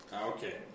Okay